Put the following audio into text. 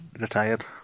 retired